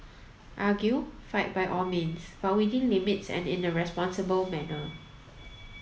argue fight by all means but within limits and in a responsible manner